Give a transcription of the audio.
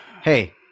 hey